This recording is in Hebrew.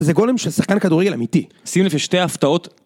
זה גולים של שחקן כדורגל אמיתי. שים לב ששתי ההפתעות.